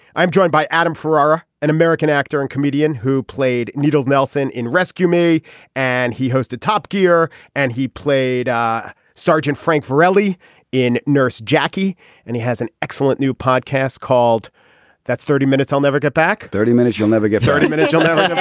i'm joined by adam ferrara an american actor and comedian who played needles nelson in rescue me and he hosted top gear and he played sergeant frank perrelli in nurse jackie and he has an excellent new podcast called that's thirty minutes i'll never get back thirty minutes you'll never get thirty minutes in